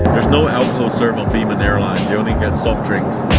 there's no alcohol served on biman airlines. you only get soft drinks.